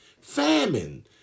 famine